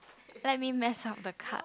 let me mess up the card